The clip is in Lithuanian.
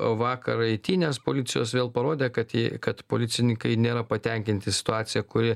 vakar eitynės policijos vėl parodė kad ji kad policininkai nėra patenkinti situacija kuri